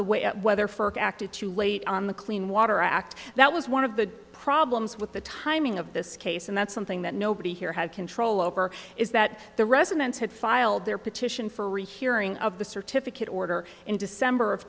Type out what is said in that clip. the way whether for acted too late on the clean water act that was one of the problems with the timing of this case and that's something that nobody here had control over is that the residents had filed their petition for a rehearing of the certificate order in december